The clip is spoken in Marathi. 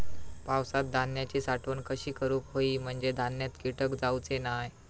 पावसात धान्यांची साठवण कशी करूक होई म्हंजे धान्यात कीटक जाउचे नाय?